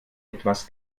etwas